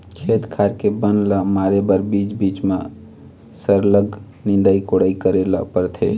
खेत खार के बन ल मारे बर बीच बीच म सरलग निंदई कोड़ई करे ल परथे